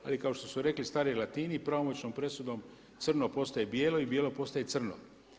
Ali kao što su rekli stari Latini i pravomoćnom presudom crno postaje bijelo i bijelo postaje crno.